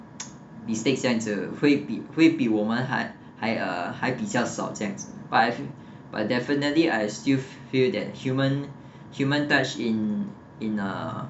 mistakes 这样子会比会比我们还 uh 还 uh 比较少这样子 but I fee~ but definitely I still feel that human human touch in in uh